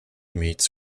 meets